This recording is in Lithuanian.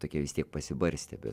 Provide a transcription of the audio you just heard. tokie vis tiek pasibarstę bet